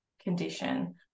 condition